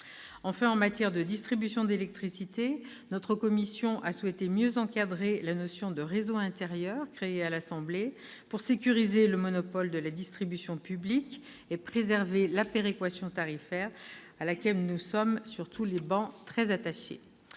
Enfin, en matière de distribution d'électricité, notre commission a souhaité mieux encadrer la notion de réseaux intérieurs créée à l'Assemblée nationale, pour sécuriser le monopole de la distribution publique et préserver la péréquation tarifaire, à laquelle nous sommes tous ici très attachés.